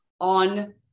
on